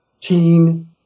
teen